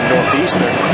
Northeastern